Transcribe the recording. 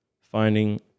finding